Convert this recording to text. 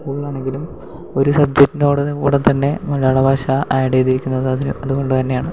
സ്കൂളിലാണെങ്കിലും ഒരു സബ്ജെക്റ്റിനോട് കൂടെ തന്നെ മലയാളഭാഷ ആഡ് ചെയ്തിരിക്കുന്നത് അതിന് അതുകൊണ്ട് തന്നെയാണ്